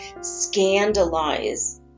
scandalize